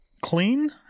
clean